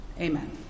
Amen